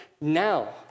now